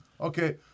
Okay